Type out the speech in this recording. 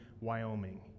Wyoming